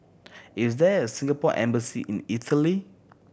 is there a Singapore Embassy in Italy